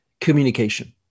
Communication